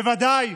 בוודאי.